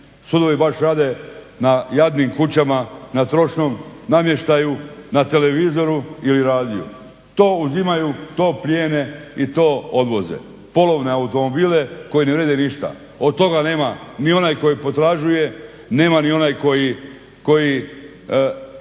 Sudovi baš rade na jadnim kućama, na trošnom namještaju, na televizoru ili radiju. To uzimaju, to plijene i to odvoze. Polovne automobile koji ne vrijede ništa. Od toga nema ni onaj koji potražuje, nema ni onaj koji,